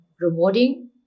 rewarding